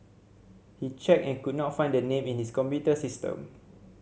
he checked and could not find the name in his computer system